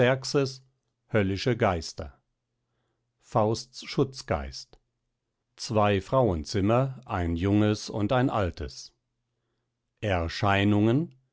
höllische geister fausts schutzgeist zwei frauenzimmer ein junges und ein altes erscheinungen